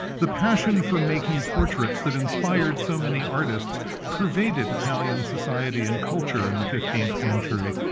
the passion for making portraits that inspired so many artists pervaded italian society and culture in the fifteenth century.